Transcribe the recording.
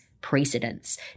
precedence